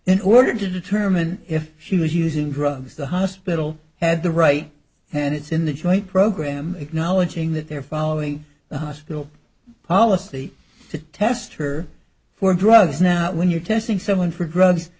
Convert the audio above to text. in order to determine if she was using drugs the hospital had the right and it's in the joint program acknowledging that they're following the hospital policy to test her for drugs now when you're testing someone for